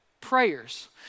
prayers